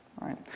right